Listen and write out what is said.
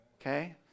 Okay